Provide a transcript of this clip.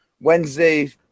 Wednesday